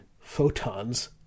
photons